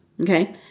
okay